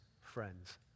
friends